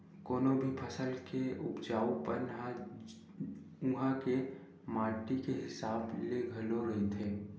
कोनो भी फसल के उपजाउ पन ह उहाँ के माटी के हिसाब ले घलो रहिथे